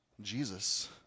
Jesus